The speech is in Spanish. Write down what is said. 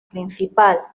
principal